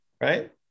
right